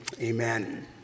amen